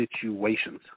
situations